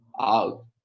Out